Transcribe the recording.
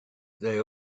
they